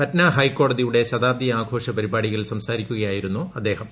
പറ്റ്നാ ഹൈക്കോടതിയുടെ ശതാബ്ദി ആഘോഷ പരിപാടിയിൽ സംസാരിക്കുകയായിരുന്നു അദ്ദേഹം